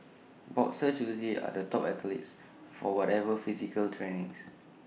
boxers usually are the top athletes for whatever physical training